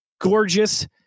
gorgeous